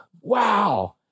wow